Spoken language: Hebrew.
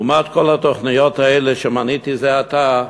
לעומת כל התוכניות האלה שמניתי זה עתה,